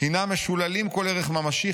הינם משוללים כל ערך ממשי,